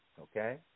Okay